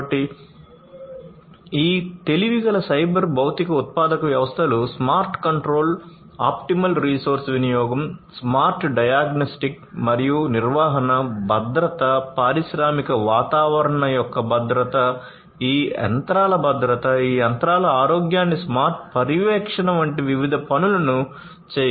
కాబట్టి ఈ తెలివిగల సైబర్ భౌతిక ఉత్పాదక వ్యవస్థలు స్మార్ట్ కంట్రోల్ ఆప్టిమల్ రిసోర్స్ వినియోగం స్మార్ట్ డయాగ్నస్టిక్స్ మరియు నిర్వహణ భద్రత పారిశ్రామిక వాతావరణం యొక్క భద్రత ఈ యంత్రాల భద్రత ఈ యంత్రాల ఆరోగ్యాన్ని స్మార్ట్ పర్యవేక్షణ వంటి వివిధ పనులను చేయగలవు